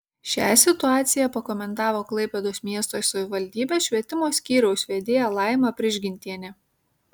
šią situaciją pakomentavo klaipėdos miesto savivaldybės švietimo skyriaus vedėja laima prižgintienė